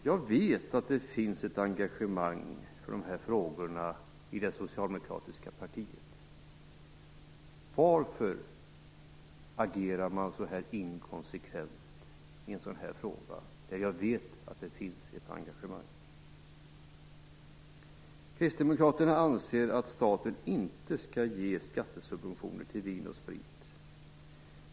Jag vet att det finns ett engagemang för de här frågorna i det socialdemokratiska partiet. Varför agerar man så inkonsekvent? Kristdemokraterna anser att staten inte skall ge skattesubventioner till vin och sprit.